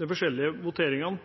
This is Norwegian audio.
de forskjellige voteringene: